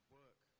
work